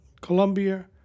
Colombia